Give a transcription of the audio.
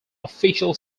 official